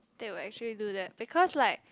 they will actually do that because like